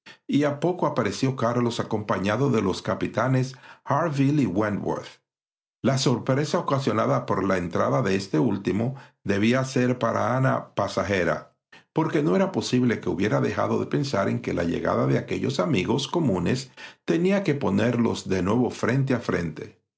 a poco apareció carlos acompañado de los capitanes harville y wenworth la sorpresa ocasionada por la entrada de este último debía ser para ana pasajera porque no era posible que hubiera dejado de pensar en que la llegada de aquellos amigos comunes tenía que ponerlos de nuevo frente a frente